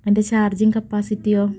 അതിൻ്റെ ചാർജിങ് കപ്പാസിറ്റിയോ